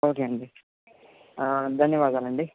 okay అండి ధన్యవాదాలండి